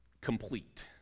complete